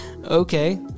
Okay